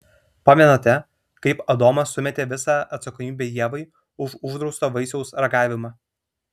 pamenate kaip adomas sumetė visą atsakomybę ievai už uždrausto vaisiaus ragavimą